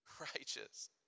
righteous